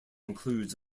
includes